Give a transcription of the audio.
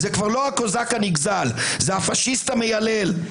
זה כבר לא הקוזק הנגזל, זה הפשיסט המיילל.